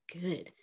good